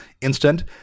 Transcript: instant